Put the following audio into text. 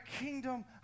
kingdom